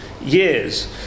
years